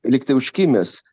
lygtai užkimęs